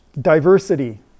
diversity